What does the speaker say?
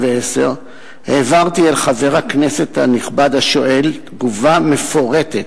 העברתי אל חבר הכנסת הנכבד השואל תגובה מפורטת